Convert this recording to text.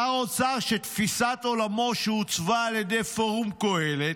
שר האוצר, שתפיסת עולמו עוצבה על ידי פורום קהלת,